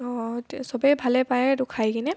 ত চবে ভালেই পায় এইটো খাইকেনে